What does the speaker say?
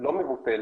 לא מבוטלת,